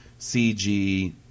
CG